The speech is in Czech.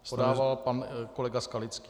Podával pan kolega Skalický.